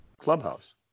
clubhouse